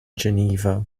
geneva